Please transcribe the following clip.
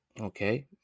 Okay